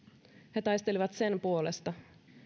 he taistelivat sen puolesta